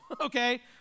okay